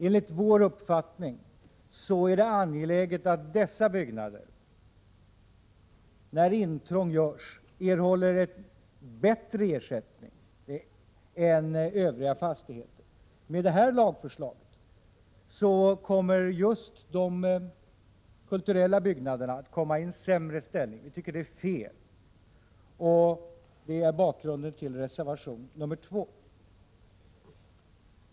Enligt vår uppfattning är det angeläget med bättre ersättning när intrång görs för dessa byggnader än för övriga fastigheter. Med det här lagförslaget kommer just de kulturella byggnaderna att komma i sämre ställning, och det tycker vi är fel. Det är bakgrunden till reservation 2.